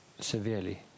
severely